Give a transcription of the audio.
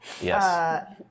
Yes